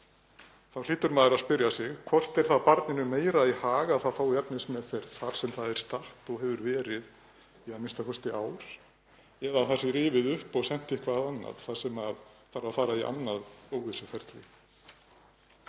Þá hlýtur maður að spyrja sig: Hvort er það barninu meira í hag að það fái efnismeðferð þar sem það er statt og hefur verið í a.m.k. ár eða að það sé rifið upp og sent eitthvað annað þar sem það þarf að fara í annað óvissuferli?